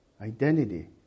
identity